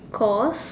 cause